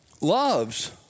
loves